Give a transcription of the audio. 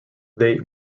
they